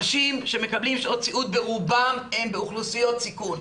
אנשים שמקבלים שעות סיעוד ברובם הם באוכלוסיות סיכון,